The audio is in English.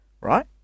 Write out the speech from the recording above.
right